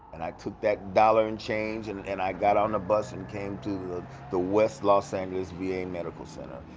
and i took that dollar and change and and i got on the bus and came to the the west los angeles v a. medical center,